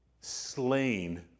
slain